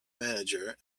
manager